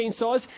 chainsaws